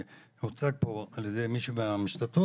הוצג פה על ידי מישהו מהשתתפות,